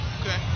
Okay